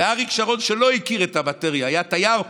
ואריק שרון, שלא הכיר את המטריה, היה תייר פה,